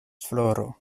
floro